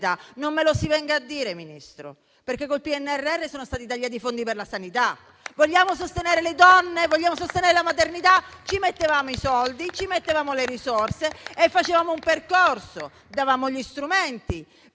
Non me lo si venga a dire, Ministro, perché con il PNRR sono stati tagliati i fondi per la sanità. Vogliamo sostenere le donne? Vogliamo sostenere la maternità? Ci mettevamo i soldi, ci mettevamo le risorse e facevamo un percorso; davamo gli strumenti